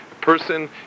person